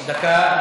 דקה.